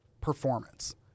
performance